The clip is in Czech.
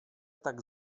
tak